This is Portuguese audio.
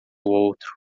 outro